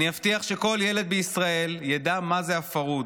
אני אבטיח שכל ילד בישראל ידע מה זה הפרהוד,